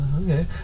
okay